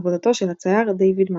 עבודתו של הצייר דייוויד מאן.